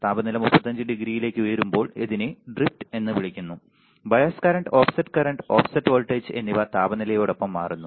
താപനില 35 ഡിഗ്രിയിലേക്ക് ഉയരുമ്പോൾ ഇതിനെ ഡ്രിഫ്റ്റ് എന്ന് വിളിക്കുന്നു bias current offset current offset voltage എന്നിവ താപനിലയോടൊപ്പം മാറുന്നു